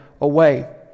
away